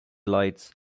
lights